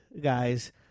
guys